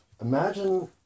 imagine